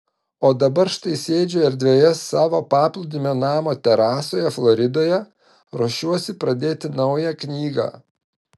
o dabar štai sėdžiu erdvioje savo paplūdimio namo terasoje floridoje ruošiuosi pradėti naują knygą